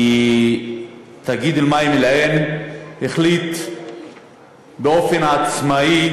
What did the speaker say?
כי תאגיד המים אל-עין החליט באופן עצמאי,